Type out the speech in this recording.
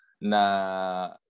na